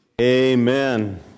Amen